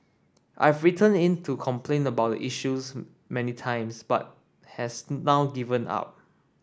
I've written in to complain about the issues many times but has now given up